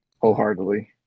wholeheartedly